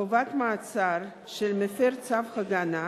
חובת מעצר של מפר צו הגנה)